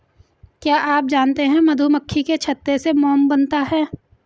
क्या आप जानते है मधुमक्खी के छत्ते से मोम बनता है